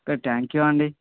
okay thank you అండి